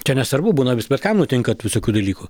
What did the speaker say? čia nesvarbu būna bet kam nutinka tį visokių dalykų